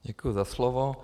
Děkuji za slovo.